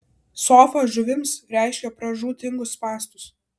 sofa žuvims reiškia pražūtingus spąstus